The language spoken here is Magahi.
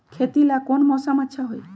खेती ला कौन मौसम अच्छा होई?